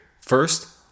first